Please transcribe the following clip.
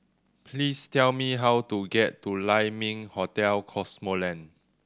please tell me how to get to Lai Ming Hotel Cosmoland